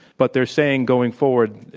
but they're saying going forward,